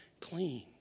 clean